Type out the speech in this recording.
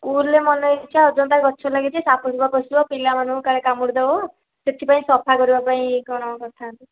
ସ୍କୁଲ୍ରେ ମନ ଇଚ୍ଛା ଅଯଥା ଗଛ ଲାଗିଛି ସାପ ବେଙ୍ଗ ପଶିବ ପିଲାମାନଙ୍କୁ କାଳେ କାମୁଡି ଦେବ ସେଥିପାଇଁ ସଫା କରିବା ପାଇଁ କ'ଣ କରିଥାନ୍ତେ